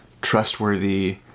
trustworthy